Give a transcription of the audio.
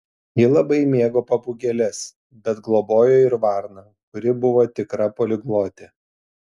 ji labai mėgo papūgėles bet globojo ir varną kuri buvo tikra poliglotė